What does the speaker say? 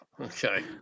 Okay